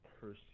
person